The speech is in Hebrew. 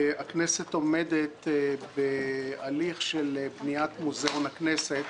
הכנסת עומדת בהליך של בניית מוזיאון הכנסת,